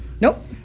Nope